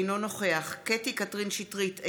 אינו נוכח קטי קטרין שטרית,